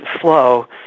flow